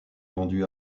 vendu